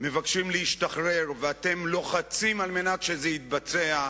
מבקשים להשתחרר ואתם לוחצים על מנת שזה יתבצע.